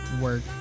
Work